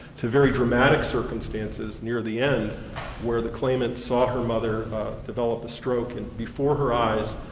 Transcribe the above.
to very dramatic circumstances near the end where the claimant saw her mother developed a stroke and before her eyes,